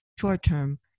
short-term